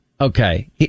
Okay